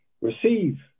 receive